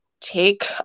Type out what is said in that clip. take